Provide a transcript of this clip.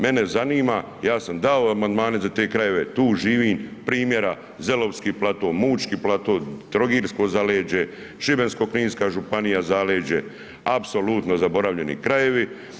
Mene zanima, ja sam dao amandmane za te krajeve, tu živim, primjera Zelovski plato, Mučki plato, trogirsko zaleđe, Šibensko-kninska županija, zaleđe, apsolutno zaboravljeni krajevi.